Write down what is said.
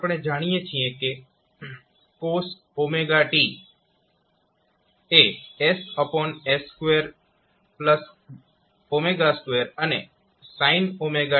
આપણે જાણીએ છીએ કે cos wtss2w2 અને sin wtws2w2છે